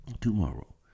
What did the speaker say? tomorrow